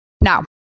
Now